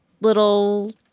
little